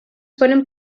foren